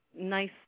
nice